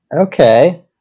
Okay